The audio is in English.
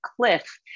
cliff